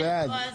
בייחוד,